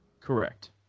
Correct